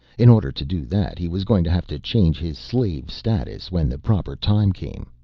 in order to do that he was going to have to change his slave status when the proper time came.